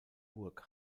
burg